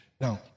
now